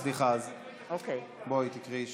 אז סליחה, בואי, תקראי שוב.